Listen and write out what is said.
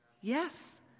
Yes